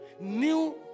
new